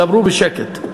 דברו בשקט.